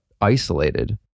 isolated